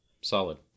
Solid